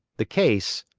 the case,